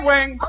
Wing